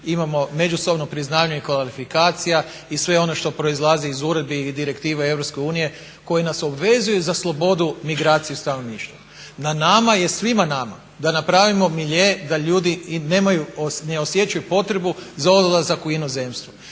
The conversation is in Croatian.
imamo međusobno priznavanje i kvalifikacija i sve ono što proizlazi iz uredbi i direktiva Europske unije koje nas obvezuju za slobodu migraciju stanovništva. Na nama je, svima nama, da napravimo milje da ljudi ne osjećaju potrebu za odlazak u inozemstvo.